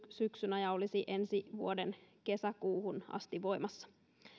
syksynä ja olisi ensi vuoden kesäkuuhun asti voimassa